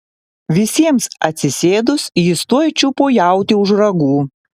visiems atsisėdus jis tuoj čiupo jautį už ragų